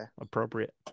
Appropriate